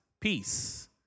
peace